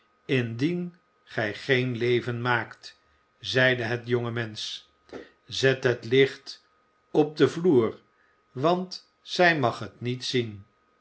indien gij geen leven maakt zeide het jonge mensch zet het licht op den vloer want zij mag het niet zien